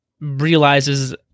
realizes